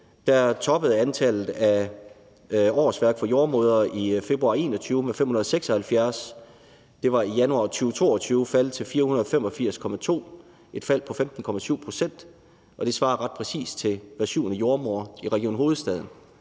toppede antallet af årsværk for jordemødre i februar 2021 med 576. Det var i januar 2022 faldet til 485,2, et fald på 15,7 pct., og det svarer ret præcist til hver syvende jordemoder i Region Hovedstaden.